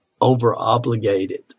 over-obligated